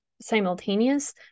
simultaneous